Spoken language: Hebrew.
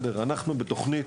אנחנו בתוכנית,